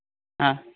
हाँ